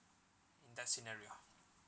in that scenario